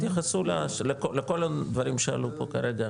תתייחסו לכל הדברים שעלו פה כרגע.